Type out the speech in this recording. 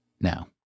now